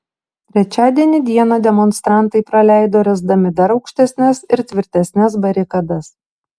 trečiadienį dieną demonstrantai praleido ręsdami dar aukštesnes ir tvirtesnes barikadas